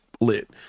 lit